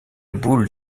boule